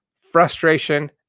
frustration